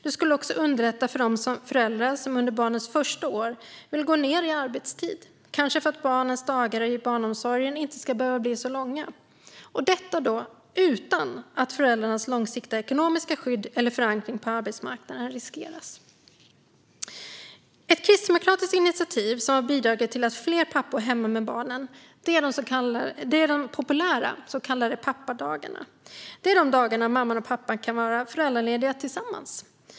Det skulle också underlätta för de föräldrar som under barnets första år vill gå ned i arbetstid, kanske för att barnets dagar i barnomsorgen inte ska behöva bli så långa - och detta utan att föräldrarnas långsiktiga ekonomiska skydd eller förankring på arbetsmarknaden riskeras. Ett kristdemokratiskt initiativ som har bidragit till att fler pappor är hemma med barnen är de populära så kallade dubbeldagarna. Det är de dagar när mamman och pappan kan vara föräldralediga tillsammans.